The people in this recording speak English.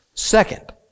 Second